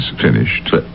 finished